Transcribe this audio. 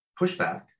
pushback